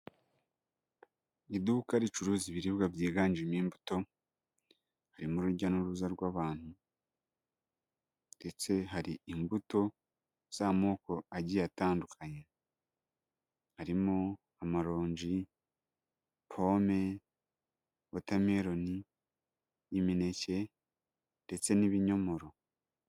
Iduka ricuruza ibiribwa byiganjemo imbuto. Harimo urujya n'uruza rw'abantu, ndetse hari imbuto z'amoko agiye atandukanye. Harimo: amaronji, pome, wotameroni, imineke, ndetse n'ibinyomoro.